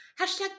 hashtag